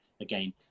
again